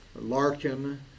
Larkin